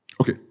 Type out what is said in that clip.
Okay